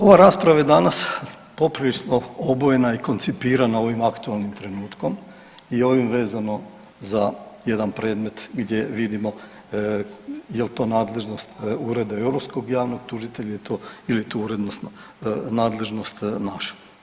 Ova rasprava je danas poprilično obojena i koncipirana ovim aktualnim trenutkom i ovim vezano za jedan predmet gdje vidimo jel to nadležnost Ureda europskog javnog tužitelja ili je tu urednost, nadležnost naša.